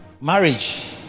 marriage